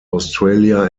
australia